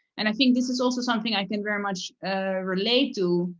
and i think this is also something i can very much relate to,